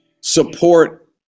support